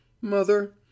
Mother